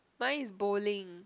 mine is bowling